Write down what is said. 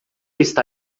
está